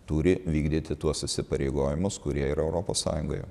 turi vykdyti tuos įsipareigojimus kurie yra europos sąjungoje